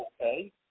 okay